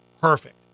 perfect